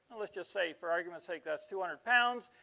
let's just say for argument's sake that's two hundred pounds,